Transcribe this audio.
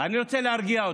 רוצה להרגיע אותך.